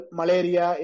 malaria